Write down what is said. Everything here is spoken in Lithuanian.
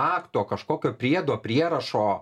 akto kažkokio priedo prierašo